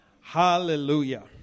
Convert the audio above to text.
Hallelujah